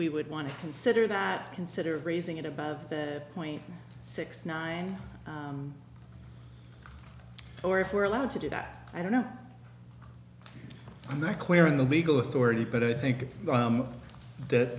we would want to consider that consider raising it above the point sixty nine or if we're allowed to do that i don't know i'm not clear in the legal authority but i think